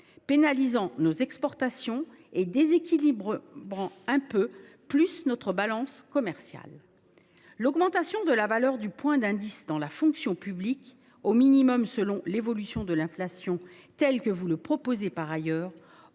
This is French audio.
pénalisant nos exportations et déséquilibrant un peu plus notre balance commerciale. En outre, l’augmentation minimale de la valeur du point d’indice dans la fonction publique selon l’évolution de l’inflation que vous proposez par ailleurs